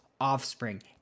offspring